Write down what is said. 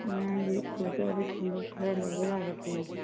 ꯑꯉꯥꯡꯒꯤ ꯁ꯭ꯀꯨꯜ ꯀꯥꯕꯒꯤ ꯈꯨꯣꯡꯎꯞ ꯈꯔ ꯂꯧꯕ ꯌꯥꯒꯗ꯭ꯔꯣ